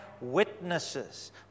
witnesses